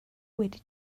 wedi